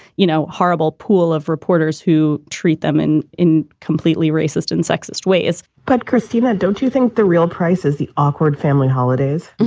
you know, horrible pool of reporters who treat them and in completely racist and sexist ways but christina, don't you think the real prices, the awkward family holidays